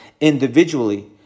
individually